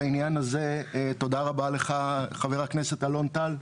בעניין הזה תודה רבה לך חבר הכנסת אלון טל,